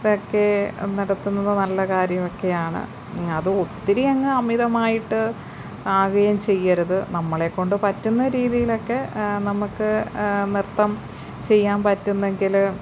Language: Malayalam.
ഇതൊക്കെ നടത്തുന്നത് നല്ല കാര്യമൊക്കെയാണ് ഒത്തിരി അങ്ങ് അമിതമായിട്ട് ആകുകയും ചെയ്യരുത് നമ്മളെക്കൊണ്ട് പറ്റുന്ന രീതിയിലൊക്കെ നമുക്ക് നൃത്തം ചെയ്യാൻ പറ്റുന്നെങ്കില്